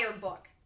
book